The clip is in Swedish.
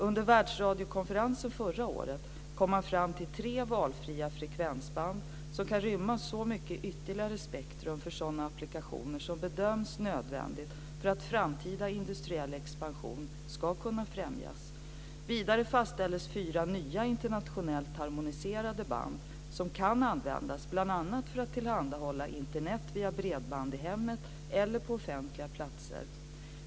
Under Världsradiokonferensen förra året kom man fram till tre valfria frekvensband som kan rymma så mycket ytterligare spektrum för sådana applikationer som bedöms nödvändigt för att framtida industriell expansion ska kunna främjas. Vidare fastställdes fyra nya internationellt harmoniserade band som kan användas bl.a. för att tillhandahålla Internet via bredband i hemmet eller på offentliga platser.